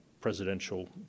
presidential